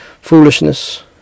foolishness